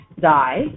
die